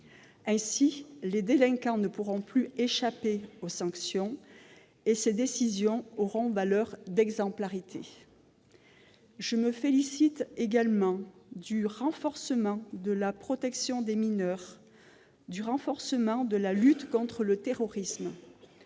Ainsi, les délinquants ne pourront plus échapper aux sanctions et les décisions auront valeur d'exemplarité. Je me félicite également du renforcement de la protection des mineurs et du renforcement de la lutte contre le terrorisme.